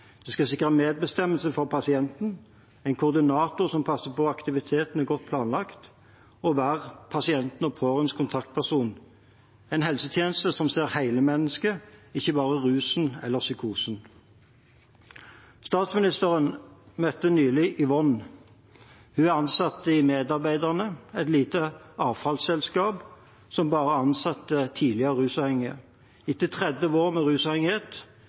De skal sikre medbestemmelse for pasienten, en koordinator som passer på at aktivitetene er godt planlagt, og som skal være pasientens og de pårørendes kontaktperson – en helsetjeneste som ser hele mennesket, ikke bare rusen eller psykosen. Statsministeren møtte nylig Yvonne. Hun er ansatt i Medarbeiderne, et lite avfallsselskap som bare ansetter tidligere rusavhengige. Etter 30 år med rusavhengighet